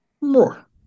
More